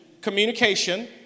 Communication